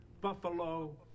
buffalo